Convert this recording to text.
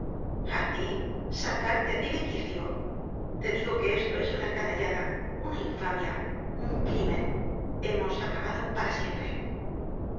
a ti sacarte a ti de quicio te digo que esto es una canallada una infamia un cri men hemos acabado para siempre